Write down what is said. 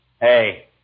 Hey